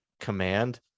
command